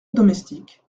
domestique